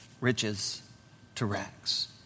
riches-to-rags